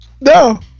No